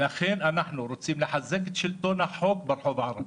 לכן אנחנו רוצים לחזק את שלטון החוק ברחוב הערבי.